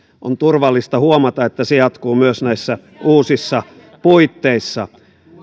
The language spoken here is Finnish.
on turvallista huomata että se jatkuu myös näissä uusissa puitteissa